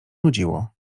nudziło